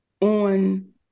on